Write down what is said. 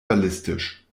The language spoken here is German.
ballistisch